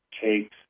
cakes